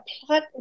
plot